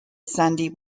sandy